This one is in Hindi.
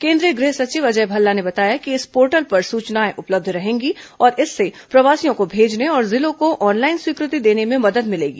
केन्द्रीय गृह सचिव अजय भल्ला ने बताया है कि इस पोर्टल पर सूचनाएं उपलब्ध रहेंगी और इससे प्रवासियों को भेजने और जिलों को ऑनलाइन स्वीकृति देने में मदद मिलेगी